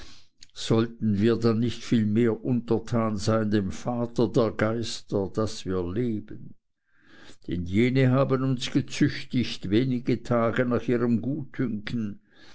sollten wir dann nicht viel mehr untertan sein dem vater der geister daß wir leben denn jene haben uns gezüchtigt wenig tage nach ihrem gutdünken